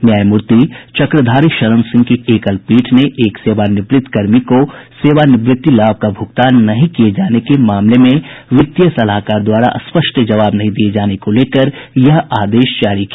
न्यायमूर्ति चक्रधारी शरण सिंह की एकल पीठ ने एक सेवानिवृत्त कर्मी को सेवानिवृत्ति लाभ का भूगतान नहीं किए जाने के मामले में वित्तीय सलाहकार द्वारा स्पष्ट जवाब नहीं दिए जाने को लेकर यह आदेश सुनाया